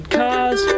cars